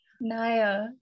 Naya